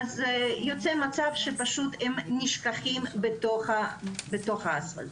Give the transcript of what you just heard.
יוצא מצב שפשוט הם נשחקים בתוך האספלט.